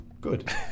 good